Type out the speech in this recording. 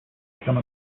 become